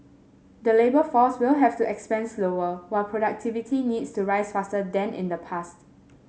the labour force will have to expand slower while productivity needs to rise faster than in the past